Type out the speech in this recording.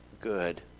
good